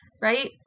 Right